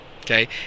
Okay